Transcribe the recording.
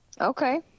Okay